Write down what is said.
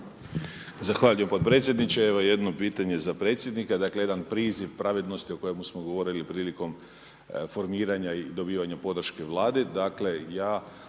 Zahvaljujem potpredsjedniče. Evo jedno pitanje za predsjednika. Dakle, jedan priziv pravednosti, o kojemu smo govorili prilikom formiranja i dobivanja podrške Vlade.